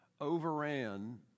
overran